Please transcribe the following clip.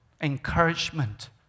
encouragement